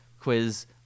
quiz